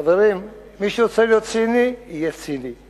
חברים, מי שרוצה להיות ציני, יהיה ציני.